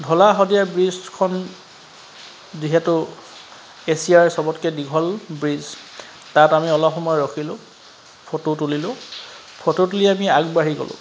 ধলা শদিয়া ব্ৰিজখন যিহেতু এছিয়াৰ সবতকৈ দীঘল ব্ৰিজ তাত আমি অলপ সময় ৰখিলোঁ ফটো তুলিলোঁ ফটো তুলি আমি আগবাঢ়ি গ'লোঁ